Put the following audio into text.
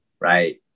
right